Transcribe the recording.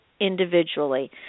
individually